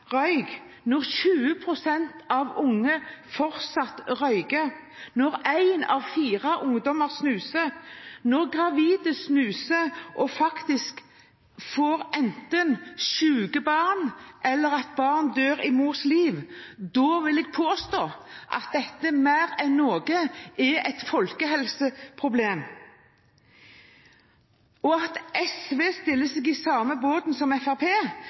når 20 pst. av unge fortsatt røyker, når én av fire ungdommer snuser, når gravide snuser og faktisk får syke barn, eller at barn dør i mors liv – da vil jeg påstå at dette, mer enn noe annet, er et folkehelseproblem. At SV stiller seg i samme båt som